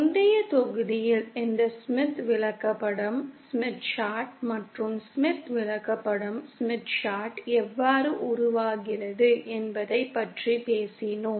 முந்தைய தொகுதியில் இந்த ஸ்மித் விளக்கப்படம் மற்றும் ஸ்மித் விளக்கப்படம் எவ்வாறு உருவாகிறது என்பதைப் பற்றி பேசினோம்